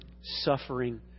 suffering